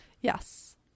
Yes